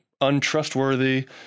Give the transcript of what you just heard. untrustworthy